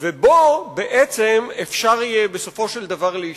ובו בעצם יהיה אפשר בסופו של דבר להשתמש.